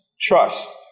Trust